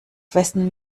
wessen